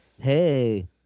Hey